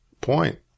point